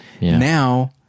Now